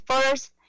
first